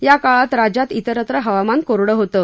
या काळात राज्यात इतरत्र हवामान कोरडं होतं